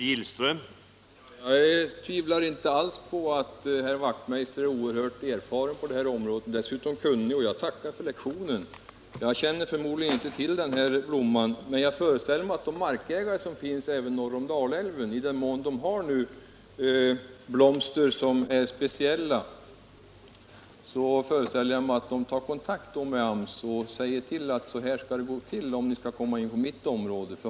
Herr talman! Jag tvivlar inte alls på att herr Wachtmeister i Johannishus är oerhört erfaren på detta område och dessutom kunnig. Jag tackar för lektionen. Jag känner inte till denna blomma, men jag föreställer mig att de markägare som finns även norr om Dalälven, i den mån de har blomster som är speciella, tar kontakt med AMS och säger hur det skall gå till om AMS kommer in på deras områden.